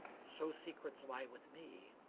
so secrets lie with me,